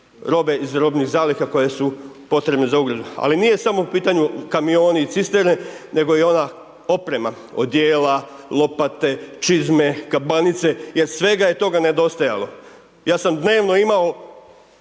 robe iz robnih zaliha koje su potrebne za .../Govornik se ne razumije./... Ali nije samo u pitanju kamioni i cisterne nego i ona oprema, odijela, lopate, čizme, kabanice jer svega je toga nedostajalo. Ja sam dnevno imao